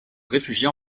réfugia